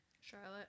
Charlotte